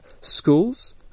schools